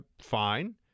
fine